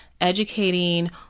educating